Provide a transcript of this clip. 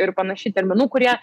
ir panašiai terminų kurie